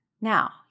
Now